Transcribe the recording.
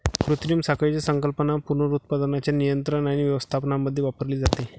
कृत्रिम साखळीची संकल्पना पुनरुत्पादनाच्या नियंत्रण आणि व्यवस्थापनामध्ये वापरली जाते